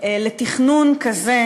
לתכנון כזה